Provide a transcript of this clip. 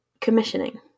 commissioning